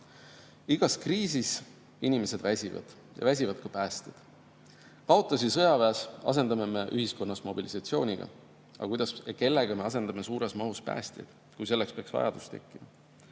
Igas kriisis inimesed väsivad ja väsivad ka päästjad. Kaotusi sõjaväes asendame me ühiskonnas mobilisatsiooniga, aga kuidas ja kellega me asendame suures mahus päästjaid, kui selleks peaks vajadus tekkima?